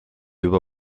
juba